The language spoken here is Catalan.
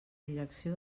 direcció